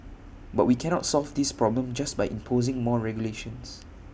but we cannot solve this problem just by imposing more regulations